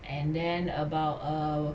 and then about err